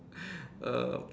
uh